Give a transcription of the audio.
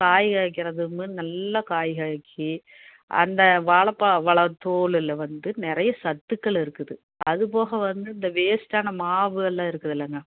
காய் காய்க்கிறதும் நல்லா காய் காய்க்கும் அந்த வாழைப்பா பழ தோலில் வந்து நிறைய சத்துக்கள் இருக்குது அது போக வந்து இந்த வேஸ்ட்டான மாவு எல்லாம் இருக்குதில்லங்க